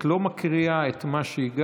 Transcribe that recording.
את לא מקריאה את מה שהגשת.